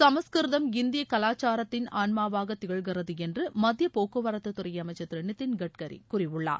சமஸ்கிருதம் இந்தியக் கலாச்சாரத்தின் ஆன்மாவாக திகழ்கிறது என்று மத்திய போக்குவரத்துத் துறை அமைச்சர் திரு நிதின் கட்கரி கூறியுள்ளார்